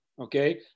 okay